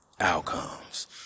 outcomes